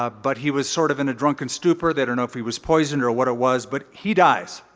ah but he was sort of in a drunken stupor. they don't know if he was poisoned or what it was. but he dies.